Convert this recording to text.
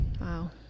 wow